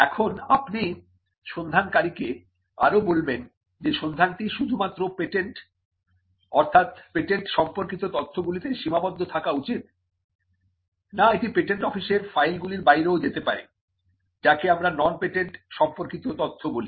এখন আপনি সন্ধানকারীকে আরো বলবেন যে সন্ধানটি শুধুমাত্র পেটেন্ট অর্থাৎ পেটেন্ট সম্পর্কিত তথ্য গুলিতে সীমাবদ্ধ থাকা উচিত না এটি পেটেন্ট patent অফিসের ফাইলগুলির বাইরেও যেতে পারে যাকে আমরা নন পেটেন্ট সম্পর্কিত তথ্য বলি